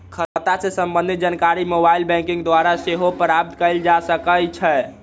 खता से संबंधित जानकारी मोबाइल बैंकिंग द्वारा सेहो प्राप्त कएल जा सकइ छै